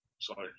Sorry